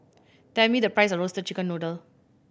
tell me the price of Roasted Chicken Noodle